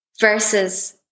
versus